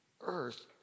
earth